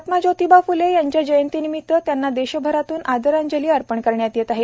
महात्मा ज्योतिबा फ्ले यांच्या जयंतीनिमित्त त्यांना देशभरातून आदरांजली अर्पण करण्यात येत आहे